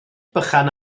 bychan